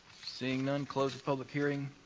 seeing none, close the public hearing.